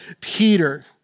Peter